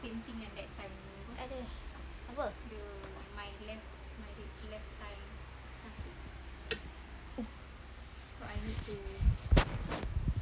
!aduh! apa